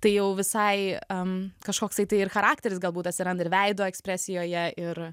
tai jau visai kažkoksai tai ir charakteris galbūt atsiranda ir veido ekspresijoje ir